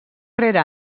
rere